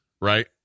right